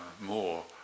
more